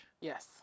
Yes